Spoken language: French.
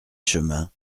chemin